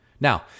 Now